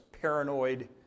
paranoid